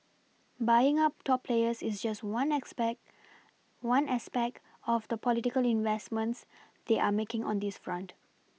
buying up top players is just one expect one aspect of the political investments they are making on this front